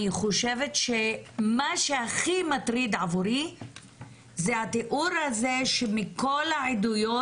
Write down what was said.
אני חושבת שמה שהכי מטריד עבורי זה התיאור הזה מכל העדויות,